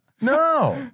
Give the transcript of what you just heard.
No